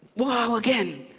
wow, again.